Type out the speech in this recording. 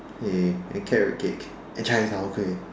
!yay! and carrot cake and cai-tao-kway